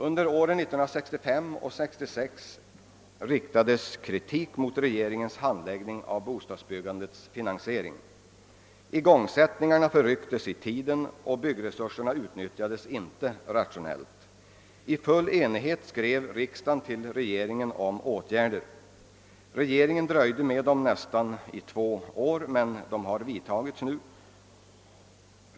Under åren 1965 och 1966 riktades kritik mot regeringens handläggning av bostadsbyggandets finansiering; igångsättningarna förrycktes i tiden och byggresurserna utnyttjades inte rationellt. I full enighet skrev riksdagen till Kungl. Maj:t och begärde att åtgärder skulle vidtas. Regeringen dröjde därmed i nästan två år, men nu har vissa åtgärder vidtagits.